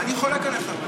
אני חולק עליך.